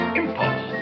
impulse